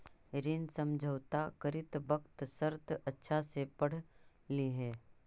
ऋण समझौता करित वक्त शर्त अच्छा से पढ़ लिहें